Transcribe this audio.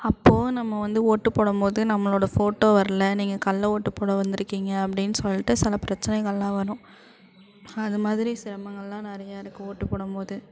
அப்போது நம்ம வந்து ஓட்டு போடும்போது நம்மளோடய ஃபோட்டோ வரல நீங்கள் கள்ள ஓட்டு போட வந்திருக்கீங்க அப்படின்னு சொல்லிட்டு சில பிரச்சனைகள்லாம் வரும் அதுமாதிரி சிரமங்கள்லாம் நிறையா இருக்குது ஓட்டு போடும்போது